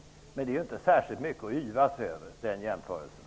Men den jämförelsen är inte särskilt mycket att yvas över.